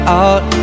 out